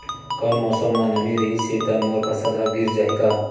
कल मौसम म नमी रहिस हे त मोर फसल ह गिर जाही का?